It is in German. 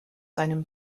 seinem